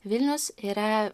vilnius yra